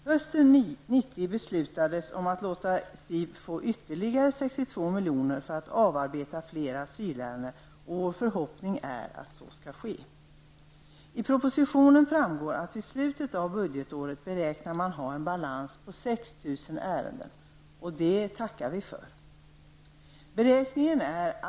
Hösten miljoner för att arbeta av flera asylärenden, och vår förhoppning är att så skall ske. I propositionen framgår att man vid slutet av budgetåret beräknas ha en balans på 6 000 ärenden, och det tackar vi för.